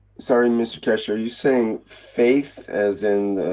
sorry mr keshe are you saying faith as in.